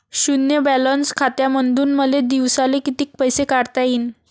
शुन्य बॅलन्स खात्यामंधून मले दिवसाले कितीक पैसे काढता येईन?